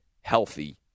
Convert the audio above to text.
healthy